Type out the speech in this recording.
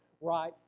right